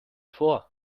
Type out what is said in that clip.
vor